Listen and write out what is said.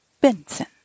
Benson